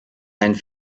and